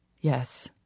yes